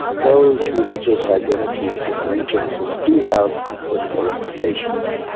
those religious identities and allegiances do have political implications.